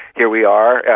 here we are,